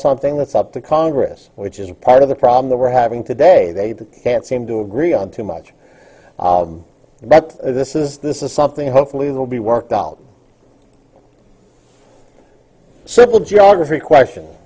something that's up to congress which is a part of the problem that we're having today they can't seem to agree on too much and that this is this is something hopefully will be worked out simple geography question